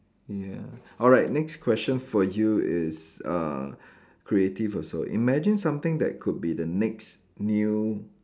ya alright next question for you is uh creative also imagine something that could be the next new